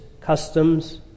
customs